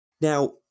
now